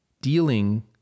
dealing